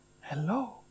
Hello